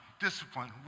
discipline